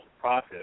process